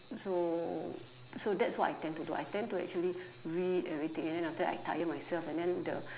so so that's what I tend to do I tend to actually read everything and after that I tire myself and then the